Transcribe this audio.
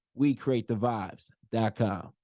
WeCreateTheVibes.com